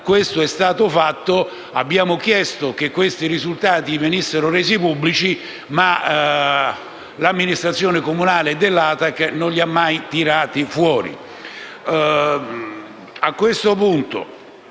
Ciò è stato fatto e abbiamo chiesto che i risultati venissero resi pubblici, ma l'amministrazione comunale e l'ATAC non li hanno mai tirati fuori.